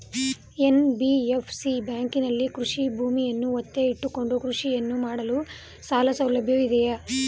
NBFC ಬ್ಯಾಂಕಿನಲ್ಲಿ ಕೃಷಿ ಭೂಮಿಯನ್ನು ಒತ್ತೆ ಇಟ್ಟುಕೊಂಡು ಕೃಷಿಯನ್ನು ಮಾಡಲು ಸಾಲಸೌಲಭ್ಯ ಇದೆಯಾ?